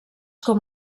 com